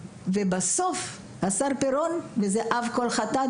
אחרות ובסוף השר פירון וזה אב כל חטא,